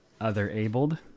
other-abled